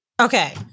Okay